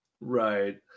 right